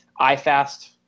iFast